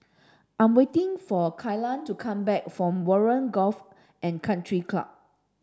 I'm waiting for Kellan to come back from Warren Golf and Country Club